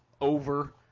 over